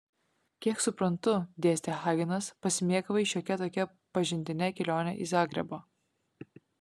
kiek suprantu dėstė hagenas pasimėgavai šiokia tokia pažintine kelione į zagrebą